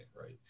right